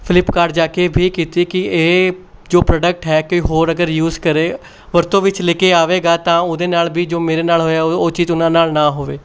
Flipkart ਜਾ ਕੇ ਵੀ ਕੀਤੀ ਕਿ ਇਹ ਜੋ ਪ੍ਰੋਡਕਟ ਹੈ ਕਿ ਹੋਰ ਅਗਰ ਯੂਜ਼ ਕਰੇ ਵਰਤੋਂ ਵਿੱਚ ਲੈ ਕੇ ਆਵੇਗਾ ਤਾਂ ਉਹਦੇ ਨਾਲ਼ ਵੀ ਜੋ ਮੇਰੇ ਨਾਲ਼ ਹੋਇਆ ਉਹ ਉਹ ਚੀਜ਼ ਉਹਨਾਂ ਨਾਲ਼ ਨਾ ਹੋਵੇ